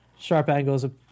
Sharpangles